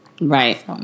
right